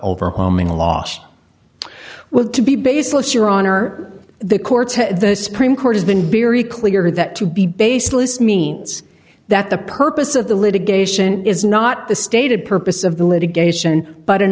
overwhelming last with to be baseless your honor the courts the supreme court has been very clear that to be baseless means that the purpose of the litigation is not the stated purpose of the litigation but an